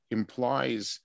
implies